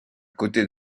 côté